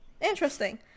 interesting